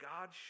God